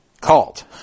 called